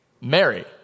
Mary